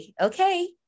okay